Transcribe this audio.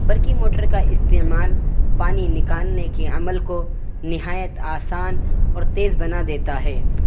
برقی موٹر کا استعمال پانی نکالنے کے عمل کو نہایت آسان اور تیز بنا دیتا ہے